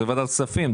זו ועדת הכספים.